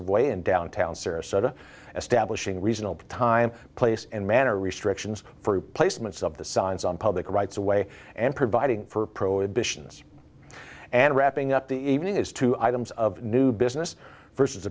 of way in downtown sarasota establishing a reasonable time place and manner restrictions for placements of the signs on public rights away and providing for prohibitions and wrapping up the evening is two items of new business versus